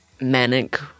manic